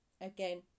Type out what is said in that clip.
Again